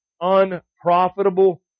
unprofitable